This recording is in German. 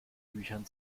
büchern